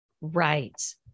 right